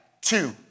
two